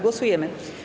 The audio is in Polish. Głosujemy.